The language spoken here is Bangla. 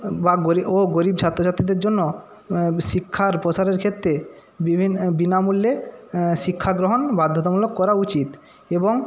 বা ও গরিব ছাত্র ছাত্রীদের জন্য শিক্ষার প্রসারের ক্ষেত্রে বিনামূল্যে শিক্ষাগ্রহণ বাধ্যতামূলক করা উচিত এবং